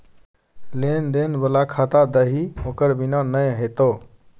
लेन देन बला खाता दही ओकर बिना नै हेतौ